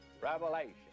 Revelation